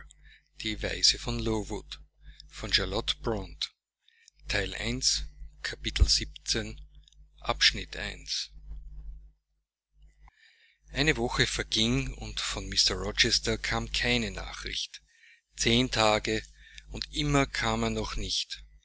eine woche verging und von mr rochester kam keine nachricht zehn tage und immer kam er noch nicht